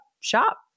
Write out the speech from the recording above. shop